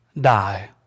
die